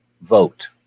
vote